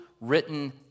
written